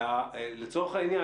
לצורך העניין,